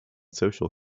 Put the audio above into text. social